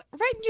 right